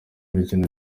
mukino